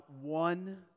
one